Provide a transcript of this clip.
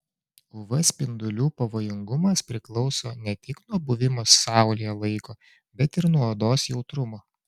uv spindulių pavojingumas priklauso ne tik nuo buvimo saulėje laiko bet ir nuo odos jautrumo